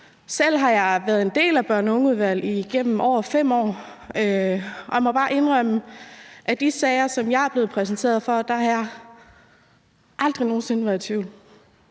Selv har jeg været en del af et børn og unge-udvalg i over 5 år, og jeg må bare indrømme, at i de sager, som jeg er blevet præsenteret for, har jeg aldrig nogen sinde været i tvivl